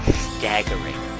staggering